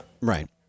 Right